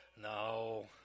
No